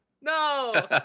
No